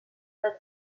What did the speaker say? that